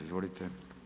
Izvolite.